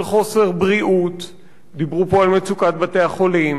של חוסר בריאות, דיברו פה על מצוקת בתי-החולים,